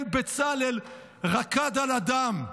כן, בצלאל רקד על הדם.